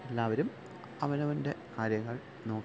എല്ലാവരും അവനവന്റെ കാര്യങ്ങള് നോക്കി